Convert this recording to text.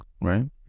right